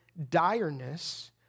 direness